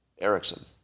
Ericsson